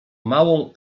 małą